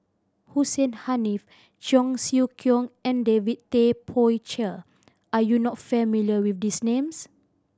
Hussein Haniff Cheong Siew Keong and David Tay Poey Cher are you not familiar with these names